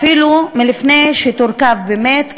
אפילו לפני שתורכב באמת,